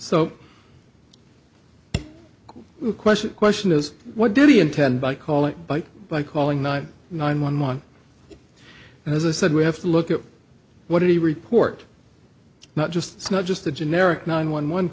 so the question question is what did he intend by calling by by calling nine nine one one and as i said we have to look at what did he report not just not just the generic nine one one